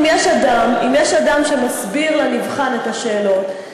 אם יש אדם שמסביר לנבחן את השאלות,